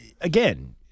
again